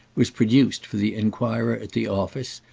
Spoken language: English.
was produced for the enquirer at the office,